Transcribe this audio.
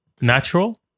Natural